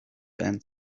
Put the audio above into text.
end